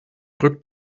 rückt